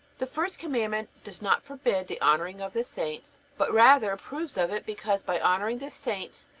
the first commandment does not forbid the honoring of the saints, but rather approves of it because by honoring the saints,